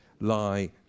lie